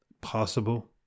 possible